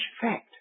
fact